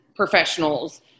professionals